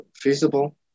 feasible